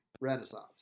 renaissance